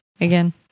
Again